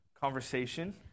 conversation